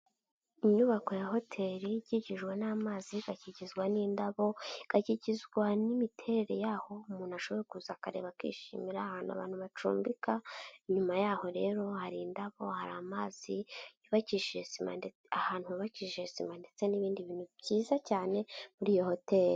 Inyubako ya hoteri, ikikijwe n'amazi, igakikizwa n'indabo, igakikizwa n'imiterere yaho, umuntu ashobora kuza akareba akishimira, ahantu abantu bacumbika, inyuma yaho rero hari indabo, hari amazi yubakishije sima, ahantu hubakijije sima ndetse n'ibindi bintu byiza cyane, muri iyo hoteri.